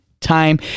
time